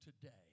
today